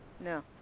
No